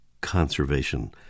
conservation